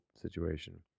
situation